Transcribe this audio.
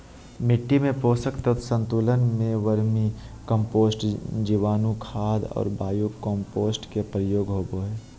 मिट्टी में पोषक तत्व संतुलन ले वर्मी कम्पोस्ट, जीवाणुखाद और बायो कम्पोस्ट के प्रयोग होबो हइ